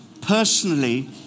personally